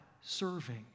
serving